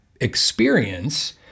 experience